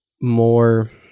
more